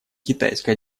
китайская